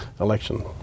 election